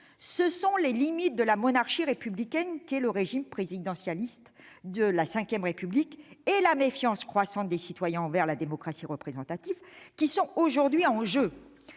ce sont les limites de la monarchie républicaine qu'est le régime présidentialiste de la V République et la méfiance croissante des citoyens envers la démocratie représentative, qui sont aujourd'hui en jeu.